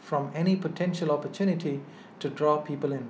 from any potential opportunity to draw people in